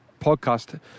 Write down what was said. Podcast